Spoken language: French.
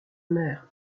mère